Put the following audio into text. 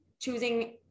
choosing